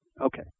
Okay